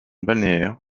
balnéaire